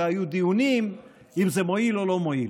והיו דיונים אם זה מועיל או לא מועיל.